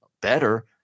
better